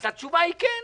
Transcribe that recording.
אז התשובה היא: כן.